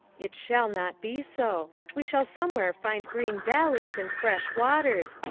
it shall not be so. we shall somewhere find green valleys and fresh waters,